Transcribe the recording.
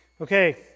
Okay